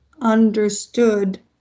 understood